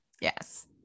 Yes